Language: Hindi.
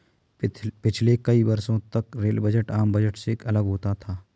पिछले कई वर्षों तक रेल बजट आम बजट से अलग होता था